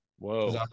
Whoa